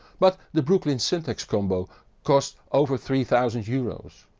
but the brooklyn syntaxx combo costs over three thousand euros.